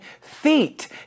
feet